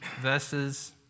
verses